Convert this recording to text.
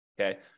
okay